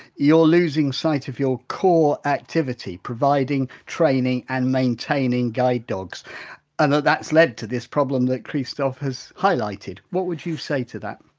you're losing sight of your core activity providing training and maintaining guide dogs and that that's led to this problem that christophe has highlighted. what would you say to that?